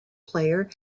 player